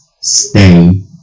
stay